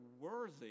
worthy